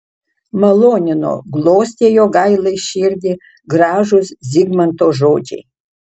malonino glostė jogailai širdį gražūs zigmanto žodžiai